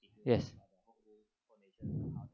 yes